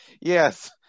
yes